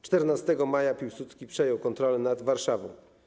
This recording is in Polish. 14 maja Piłsudski przejął kontrolę nad Warszawą.